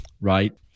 right